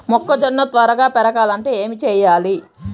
మొక్కజోన్న త్వరగా పెరగాలంటే ఏమి చెయ్యాలి?